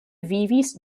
vivis